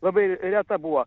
labai reta buvo